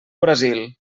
brasil